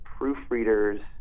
proofreaders